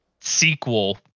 sequel